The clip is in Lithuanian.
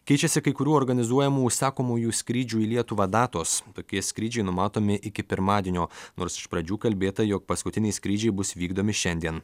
keičiasi kai kurių organizuojamų užsakomųjų skrydžių į lietuvą datos tokie skrydžiai numatomi iki pirmadienio nors iš pradžių kalbėta jog paskutiniai skrydžiai bus vykdomi šiandien